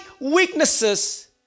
weaknesses